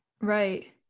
Right